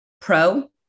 pro